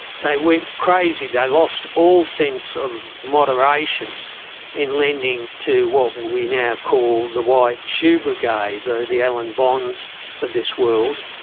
they went crazy, they lost all sense of moderation in lending to what we now call the white shoe brigade, the the alan bonds of this world,